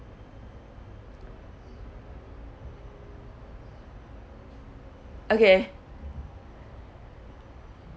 okay